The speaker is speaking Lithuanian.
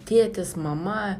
tėtis mama